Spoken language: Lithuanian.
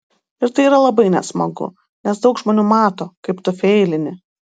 ir tai yra labai nesmagu nes daug žmonių mato kaip tu feilini